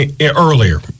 earlier